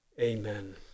amen